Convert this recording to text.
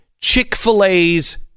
Chick-fil-A's